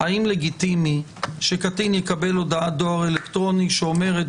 האם לגיטימי שקטין יקבל הודעת דואר אלקטרוני שאומרת: